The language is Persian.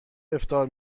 افطار